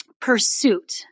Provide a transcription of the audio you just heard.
pursuit